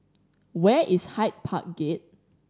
where is Hyde Park Gate